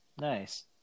Nice